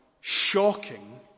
shocking